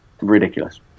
Ridiculous